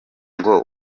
ngo